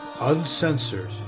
uncensored